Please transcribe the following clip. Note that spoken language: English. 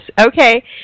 Okay